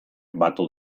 batu